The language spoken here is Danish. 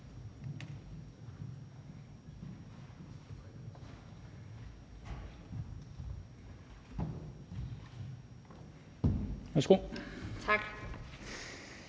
Værsgo. Kl.